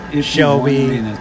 Shelby